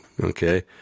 okay